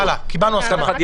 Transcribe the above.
קיבלתי.